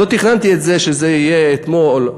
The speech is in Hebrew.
לא תכננתי את זה שזה יהיה אתמול,